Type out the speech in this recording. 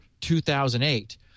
2008